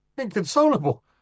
inconsolable